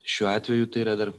šiuo atveju tai yra dar